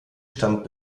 stand